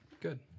Good